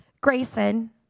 Grayson